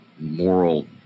moral